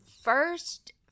first